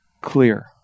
clear